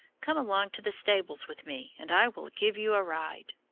come along to the stables with me, and i will give you a ride.